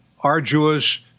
arduous